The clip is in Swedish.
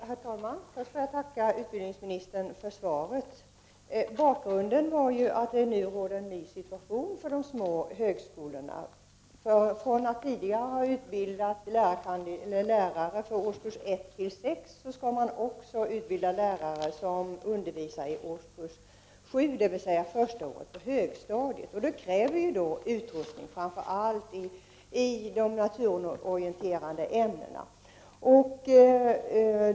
Herr talman! Först får jag tacka utbildningsministern för svaret. Bakgrunden till frågan var att det nu råder en ny situation för de små högskolorna. Från att tidigare ha utbildat lärare för årskurs 1—6 skall de nu också utbilda lärare som undervisar i årskurs 7, dvs. första året på högstadiet. Detta kräver utrustning, framför allt i de naturorienterande ämnena.